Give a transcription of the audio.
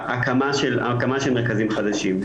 הקמה של מרכזים חדשים.